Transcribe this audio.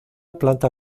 planta